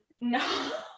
No